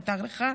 מותר לך,